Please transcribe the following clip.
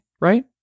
right